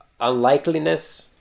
unlikeliness